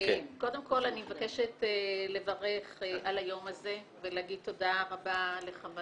קודם כול אני מבקשת לברך על היום הזה ולהגיד תודה רבה לחבר